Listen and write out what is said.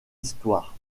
histoire